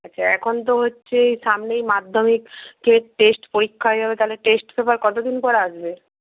আচ্ছা এখন তো হচ্ছে এই সামনেই মাধ্যমিক টেস্ট পরীক্ষা হয়ে যাবে তাহলে টেস্ট পেপার কতদিন পর আসবে